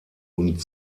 und